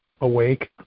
awake